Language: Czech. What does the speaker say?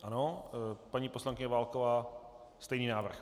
Ano, paní poslankyně Válková má stejný návrh.